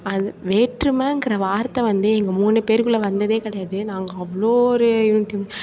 வேற்றுமைங்குற வார்த்தை வந்து எங்கள் மூணு பேருக்குள்ளே வந்தது கிடையாது நான் அவ்வளோ ஒரு